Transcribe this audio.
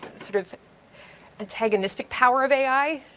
sort of antagonistic power of ai,